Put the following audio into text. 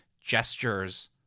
gestures